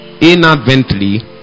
inadvertently